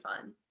fun